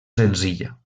senzilla